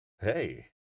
Hey